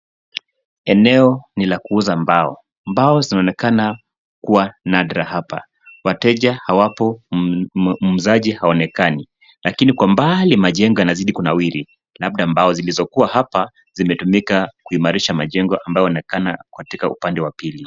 Eneo ni la kuuza mbao. Mbao zinaonekana kuwa nadra hapa. Wateja hawapo, muuzaji haonekani lakini kwa mbali majengo yanazidi kunawiri, labda mbao zilzokuwa hapa zimetumika kuimarisha majengo ambao yaonekana katika upande wa pili.